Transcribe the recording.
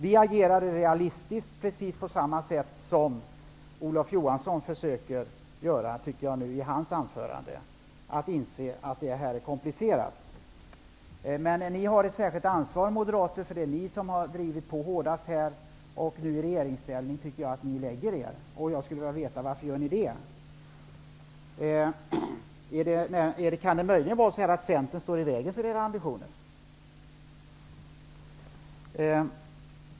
Vi agerade realistiskt, precis på samma sätt som Olof Johansson försöker enligt sitt anförande: att inse att detta är en mycket komplicerad fråga. Men ni moderater har ett särskilt ansvar, för det är ni som har drivit på hårdast. Jag tycker att ni nu i regeringsställning lägger er. Jag skulle vilja veta varför ni gör det. Kan det möjligen vara så att Centern står i vägen för era ambitioner?